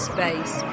Space